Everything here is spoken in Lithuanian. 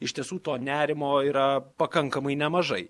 iš tiesų to nerimo yra pakankamai nemažai